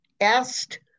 asked